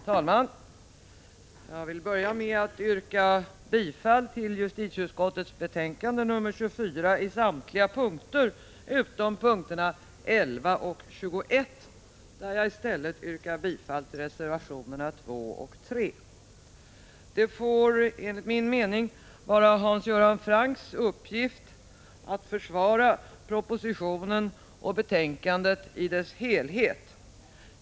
Herr talman! Jag vill börja med att yrka bifall till justitieutskottets hemställan i betänkande 24 på samtliga punkter utom punkterna 11 och 21, där jag i stället yrkar bifall till reservationerna 2 och 3. Det får enligt min mening vara Hans Göran Francks uppgift att försvara propositionen och betänkandet i dess helhet.